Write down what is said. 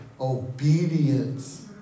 obedience